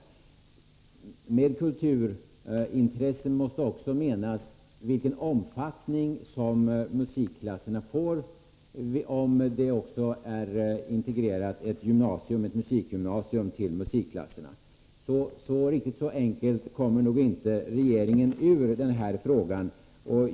Betydelsefullt för kulturintresset måste också vara vilken omfattning musikklasserna får och om också ett musikgymnasium är integrerat med skolan. Riktigt så enkelt kommer-regeringen därför inte ifrån den här saken.